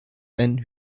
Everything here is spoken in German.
ein